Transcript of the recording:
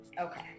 Okay